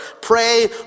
Pray